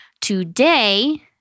today